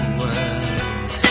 world